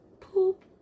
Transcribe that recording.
poop